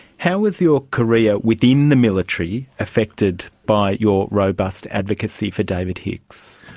how was your career within the military affected by your robust advocacy for david hicks?